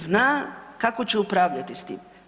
Zna kako će upravljati s tim.